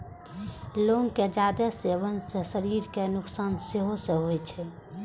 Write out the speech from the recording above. लौंग के जादे सेवन सं शरीर कें नुकसान सेहो होइ छै